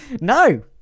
no